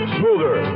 smoother